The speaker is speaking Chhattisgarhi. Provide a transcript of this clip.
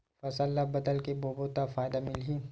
फसल ल बदल के बोबो त फ़ायदा मिलही?